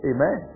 Amen